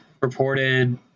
reported